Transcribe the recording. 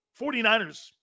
49ers